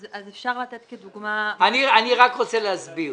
אז אפשר לתת כדוגמה --- אני רק רוצה להסביר,